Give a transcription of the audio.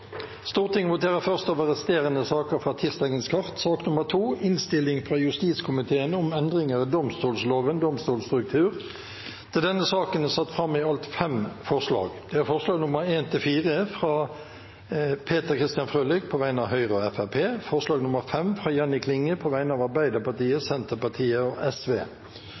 Stortinget er da klare til å gå til votering. Det voteres først over resterende saker fra tirdagens kart. Under debatten er det satt fram i alt fem forslag. Det er forslagene nr. 1–4, fra Peter Frølich på vegne av Høyre og Fremskrittspartiet forslag nr. 5, fra Jenny Klinge på vegne av Arbeiderpartiet, Senterpartiet og